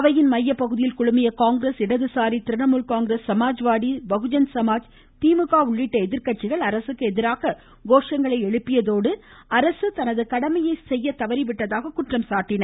அவையின் மையப்பகுதியில் குழுமிய காங்கிரஸ் இடதுசாரி திரிணாமுல் காங்கிரஸ் சமாஜ்வாதி பகுஜன் சமாஜ் திமுக உள்ளிட்ட எதிர்கட்சிகள் அரசுக்கு எதிராக கோஷம் எழுப்பியதோடு அரசு தனது கடமையை செய்ய தவறிவிட்டதாக குற்றம் சாட்டின